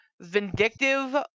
vindictive